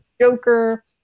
Joker